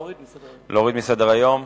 להוריד מסדר-היום.